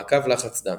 מעקב לחץ דם.